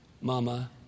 mama